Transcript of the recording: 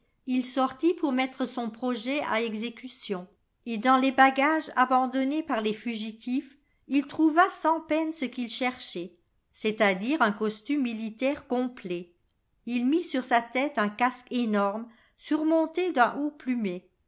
il sortit pour mettre son projet à exécution et dans les bagages abandonnés parles fugitifs il trouva sans peine ce qu'il cherchait c'est-à-dire un costume militaire complet il mit sur sa tête un casque énorme surmonté d'un haut plumet